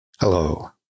Hello